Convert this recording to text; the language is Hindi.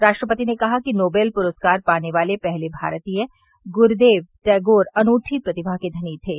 राष्ट्रपति ने कहा कि नोबेल पुरस्कार पाने वाले पहले भारतीय गुरूदेव टैगोर अनूठी प्रतिभा के धनी थे